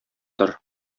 тор